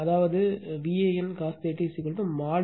அதாவது இது உண்மையில் Van cos 30o mod Van 2